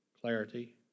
clarity